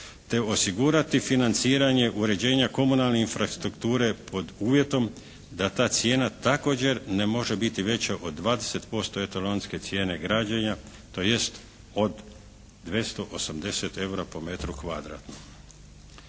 te osigurati financiranje uređenja komunalne infrastrukture pod uvjetom da ta cijena također ne može biti veća od 20% etalonske cijene građenja tj. od 280 EUR-a po metru kvadratnom.